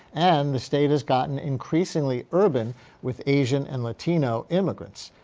and the state has gotten increasingly urban with asian and latino immigrants.